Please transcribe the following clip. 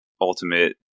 ultimate